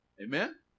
Amen